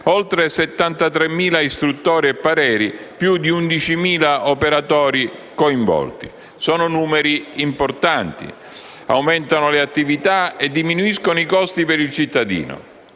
oltre 73.000 istruttorie e pareri, più di 11.000 operatori coinvolti. Sono numeri importanti. Aumentano le attività e diminuiscono i costi per il cittadino.